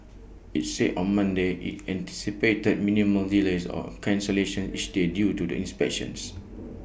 IT said on Monday IT anticipated minimal delays or cancellations each day due to the inspections